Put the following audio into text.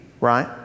right